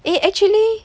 eh actually